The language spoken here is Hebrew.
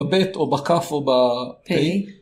בב' או בכ' או בפ'.